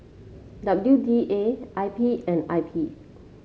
W D A I P and I P